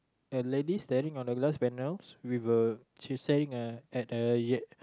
and a lady staring at the glass panels with uh she's staring at uh